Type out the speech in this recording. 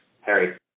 Harry